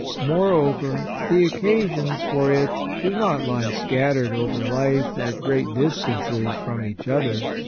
moreover, the occasions for it do not lie scattered over life at great distances from each other.